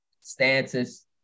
stances